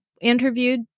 interviewed